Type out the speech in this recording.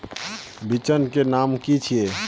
बिचन के नाम की छिये?